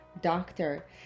doctor